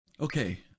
Okay